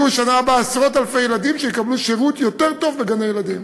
יהיו בשנה הבאה עשרות אלפי ילדים שיקבלו שירות יותר טוב בגני-ילדים,